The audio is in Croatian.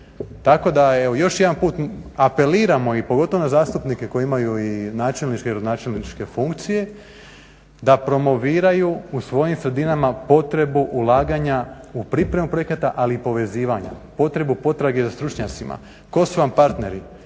Tako da još jedanput apeliramo i pogotovo na zastupnike koji imaju načelničke i gradonačelničke funkcije da promoviraju u svojim sredinama potrebu ulaganja u pripremu projekata ali i povezivanja, potrebu potrage za stručnjacima, tko su vam partneri.